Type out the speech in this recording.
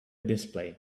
display